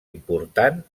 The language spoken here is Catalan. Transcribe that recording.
important